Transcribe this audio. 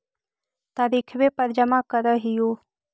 तरिखवे पर जमा करहिओ?